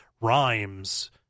rhymes